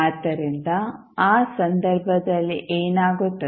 ಆದ್ದರಿಂದ ಆ ಸಂದರ್ಭದಲ್ಲಿ ಏನಾಗುತ್ತದೆ